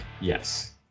yes